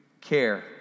care